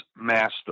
master